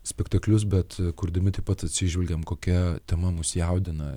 spektaklius bet kurdami taip pat atsižvelgiam kokia tema mus jaudina